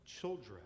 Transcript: children